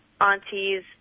aunties